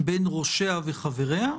בין ראשיה וחבריה.